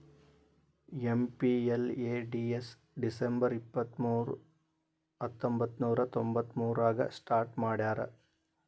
MPLADS December ಇಪ್ಪತ್ಮೂರು ಹತ್ತೊಂಬಂತ್ತನೂರ ತೊಂಬತ್ತಮೂರಾಗ ಸ್ಟಾರ್ಟ್ ಮಾಡ್ಯಾರ